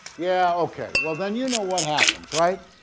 yeah, okay. well then you know what happens right?